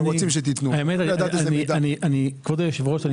כבוד היושב ראש,